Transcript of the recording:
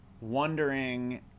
wondering